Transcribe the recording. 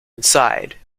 inside